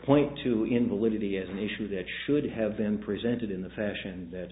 point to invalidity as an issue that should have been presented in the fashion that